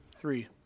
Three